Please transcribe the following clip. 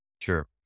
Sure